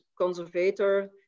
conservator